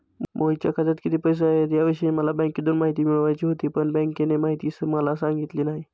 मोहितच्या खात्यात किती पैसे आहेत याविषयी मला बँकेतून माहिती मिळवायची होती, पण बँकेने माहिती मला सांगितली नाही